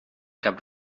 cap